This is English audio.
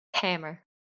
Hammer